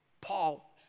Paul